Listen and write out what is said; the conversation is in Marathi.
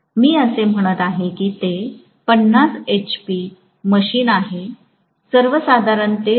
मी असे म्हणत आहे की ते 50 एचपी मशीन आहे साधारणत ते रु